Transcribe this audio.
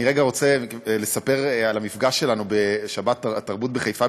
אני רגע רוצה לספר על המפגש שלנו ב"שבתרבות" בחיפה,